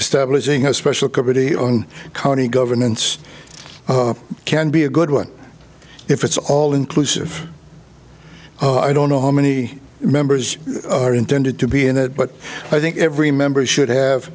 establishing a special committee on county governance can be a good one if it's all inclusive i don't know how many members are intended to be in that but i think every member should have